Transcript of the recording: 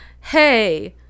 Hey